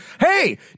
Hey